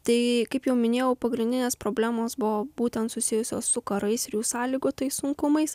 tai kaip jau minėjau pagrindinės problemos buvo būtent susijusios su karais ir jų sąlygotais sunkumais